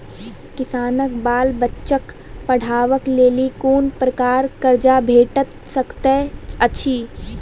किसानक बाल बच्चाक पढ़वाक लेल कून प्रकारक कर्ज भेट सकैत अछि?